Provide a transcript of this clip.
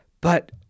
But-